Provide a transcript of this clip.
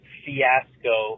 fiasco